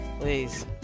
please